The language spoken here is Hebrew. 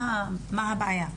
מה הבעיה?